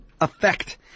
effect